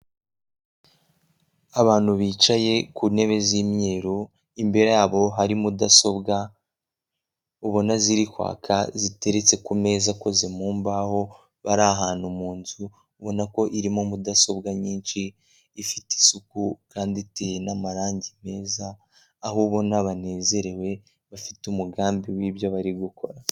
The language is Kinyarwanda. Abantu bicaye ku ntebe z'imyeru imbere yabo hari mudasobwa ubona ziri kwaka ziteretse ku meza akoze mu mbaho, bari ahantu mu nzu ubona ko irimo mudasobwa nyinshi ifite isuku kandi iteye n'amarange meza aho ubona banezerewe bafite umugambi w'ibyo bari gukora.